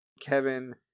Kevin